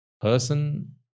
person